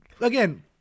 Again